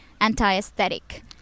anti-aesthetic